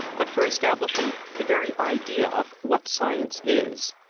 but for establishing the very idea of what science is,